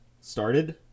started